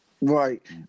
right